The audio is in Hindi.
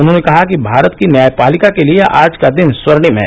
उन्होंने कहा कि भारत की न्यायपालिका के लिए आज का दिन स्वर्णिम है